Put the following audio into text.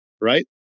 Right